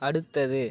அடுத்தது